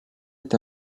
est